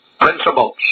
principles